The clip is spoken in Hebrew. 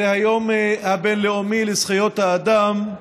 זה היום הבין-לאומי לזכויות האדם,